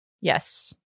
Yes